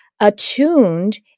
attuned